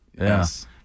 Yes